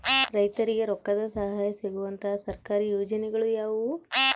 ರೈತರಿಗೆ ರೊಕ್ಕದ ಸಹಾಯ ಸಿಗುವಂತಹ ಸರ್ಕಾರಿ ಯೋಜನೆಗಳು ಯಾವುವು?